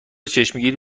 چشمگیری